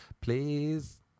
Please